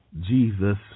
Jesus